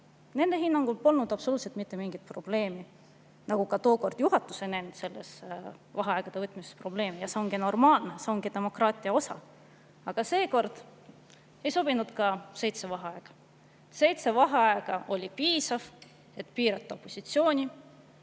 Nende hinnangul polnud absoluutselt mitte mingit probleemi ja tookord ka juhatus ei näinud vaheaegade võtmises probleemi. Ja see ongi normaalne, see ongi demokraatia osa. Aga seekord ei sobinud ka seitse vaheaega. Seitse vaheaega oli piisav, et piirata opositsiooni